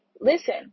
Listen